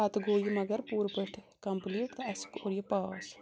پَتہٕ گوٚو یہِ مگر پوٗرٕ پٲٹھۍ کَمپٕلیٖٹ تہِ اَسہِ کوٚر یہِ پاس